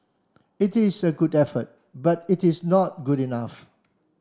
it is a good effort but it is not good enough